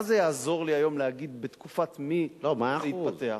מה זה יעזור לי היום להגיד בתקופת מי זה התפתח?